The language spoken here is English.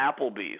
Applebee's